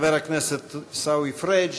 חבר הכנסת עיסאווי פריג',